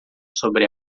sobre